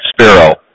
sparrow